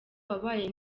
wabaye